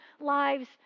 lives